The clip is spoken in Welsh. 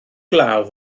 glaw